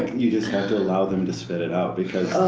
you just have to allow them to spit it out because